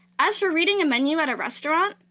as for reading a menu at a restaurant,